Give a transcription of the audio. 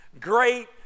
great